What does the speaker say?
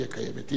הנה, אני אומר לך.